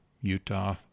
utah